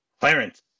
clarence